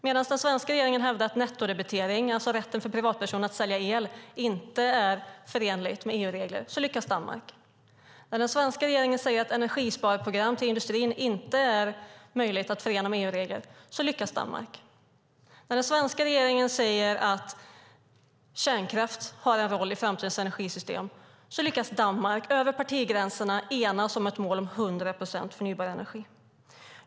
Medan den svenska regeringen hävdar att nettodebitering, alltså rätten för privatpersoner att sälja el, inte är förenligt med EU-regler lyckas Danmark. När den svenska regeringen säger att energisparprogram till industrin inte är möjligt att förena med EU-regler lyckas Danmark. När den svenska regeringen säger att kärnkraft har en roll i framtidens energisystem lyckas Danmark över partigränserna enas om ett mål om 100 procent förnybar energi.